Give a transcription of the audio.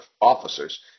officers